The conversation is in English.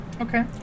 Okay